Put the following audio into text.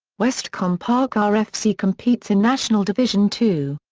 westcombe park ah rfc competes in national division two.